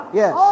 yes